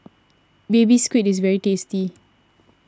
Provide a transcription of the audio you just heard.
Baby Squid is very tasty